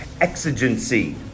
Exigency